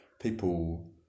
People